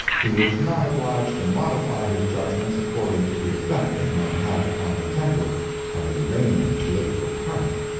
he was not obliged to modify his judgments according to the effect they might have upon the temper of a reigning political party.